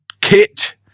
kit